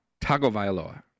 Tagovailoa